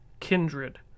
kindred